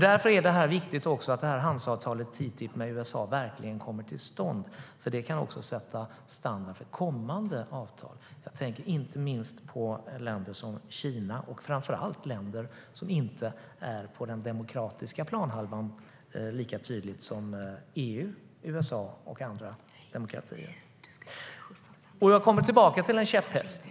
Därför är det viktigt att handelsavtalet med USA - TTIP - verkligen kommer till stånd, för det kan sätta en standard för kommande avtal. Jag tänker inte minst på länder som Kina men framför allt på länder som inte är på den demokratiska planhalvan lika tydligt som EU, USA och andra demokratier. Jag kommer tillbaka till en käpphäst.